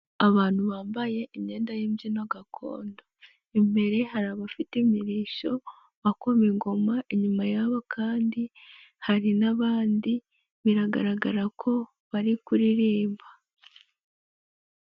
Abantu bambaye imyenda y'imbyino gakondo, imbere hari abafite imirishyo bakoma ingoma inyuma yabo kandi hari n'abandi biragaragara ko bari kuririmba.